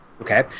Okay